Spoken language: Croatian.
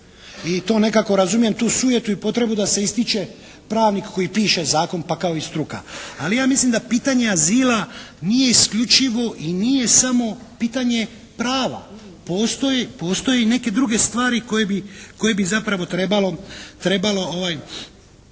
i to nekako razumijem tu sujetu i potrebu da se ističe pravnik koji piše zakon, pa kao i struka. Ali ja mislim da pitanje azila nije isključivo i nije samo pitanje prava. Postoje neke druge stvari koje bi zapravo trebalo